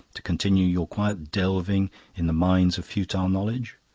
to continue your quiet delving in the mines of futile knowledge?